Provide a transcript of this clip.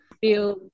Feel